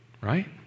right